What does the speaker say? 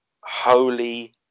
holy